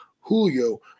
Julio